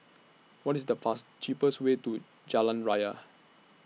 What IS The fast cheapest Way to Jalan Raya